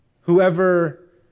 whoever